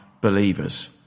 believers